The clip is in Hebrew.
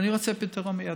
ואני רוצה פתרון מיידי.